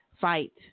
fight